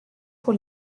pour